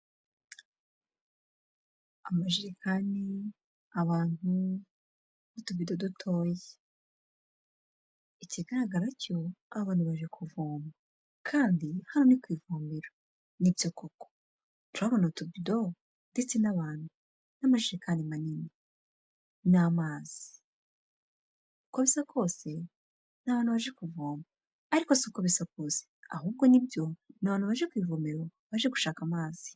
Amajekani, abantu, n'utuvido dutoya. Ikigaragara cyo, aba bantu baje kuvoma, kandi hano ni ku ivomero. Ni koko! Turahabona utubido ndetse n'abantu, n'amajerekani manini, n'amazi. Uko bisa kose ni abantu baje kuvoma. Ariko si uko bisa kose, ahubwo ni byo ni abantu baje ku ivomero, baje gushaka amazi.